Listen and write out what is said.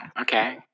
okay